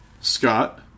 Scott